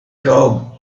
club